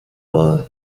mal